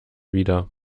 wieder